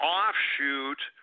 offshoot